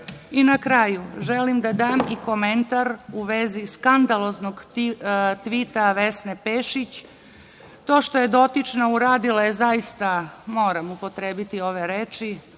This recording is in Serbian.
kraju, želim da dam i komentar u vezi skandaloznog tvita Vesne Pešić. To što je dotična uradila je, zaista moram upotrebiti ove reči,